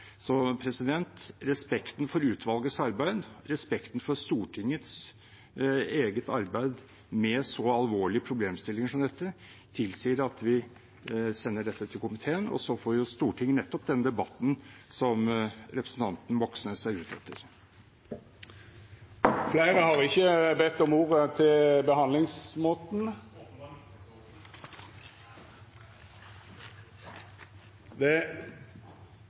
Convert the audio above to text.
Respekten for utvalgets arbeid og respekten for Stortingets eget arbeid med så alvorlige problemstillinger som dette tilsier at vi sender dette til komiteen, og så får Stortinget nettopp den debatten som representanten Moxnes er ute etter. Dette gjelder misforståelsen rundt vårt forslag. Vi er altså ikke